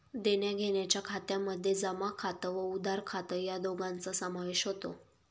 देण्याघेण्याच्या खात्यामध्ये जमा खात व उधार खात या दोघांचा समावेश होतो